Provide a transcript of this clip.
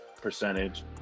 percentage